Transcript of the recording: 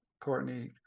Courtney